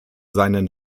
seinen